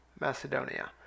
Macedonia